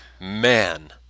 man